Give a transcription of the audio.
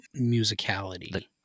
musicality